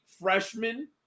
freshman